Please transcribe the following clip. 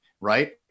right